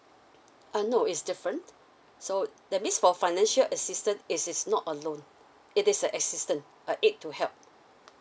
uh no is different so that means for financial assistance it is not a loan it is a assistant a aid to help